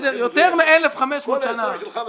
כל ההיסטוריה שלך מזויפת.